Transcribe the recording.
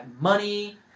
money